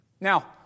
Now